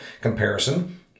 comparison